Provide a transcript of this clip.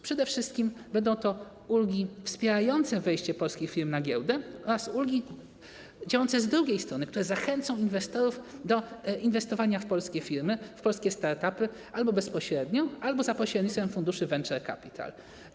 Przede wszystkim będą to ulgi wspierające wejście polskich firm na giełdę oraz ulgi działające z drugiej strony, które zachęcą inwestorów do inwestowania w polskie firmy, w polskie start-upy albo bezpośrednio, albo za pośrednictwem funduszy venture capital.